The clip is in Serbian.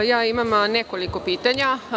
Imam nekoliko pitanja.